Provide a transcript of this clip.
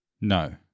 No